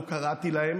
לא קראתי להם